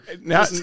Now